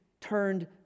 Turned